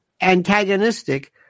antagonistic